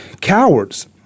cowards